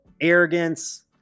arrogance